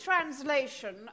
translation